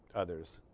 others